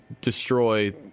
destroy